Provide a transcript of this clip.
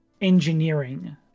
engineering